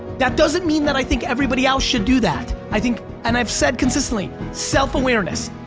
that doesn't mean that i think everybody else should do that. i think, and i've said consistently, self-awareness,